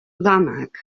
lanark